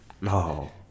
No